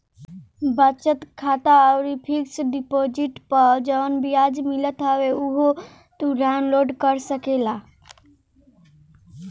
बचत खाता अउरी फिक्स डिपोजिट पअ जवन बियाज मिलत हवे उहो तू डाउन लोड कर सकेला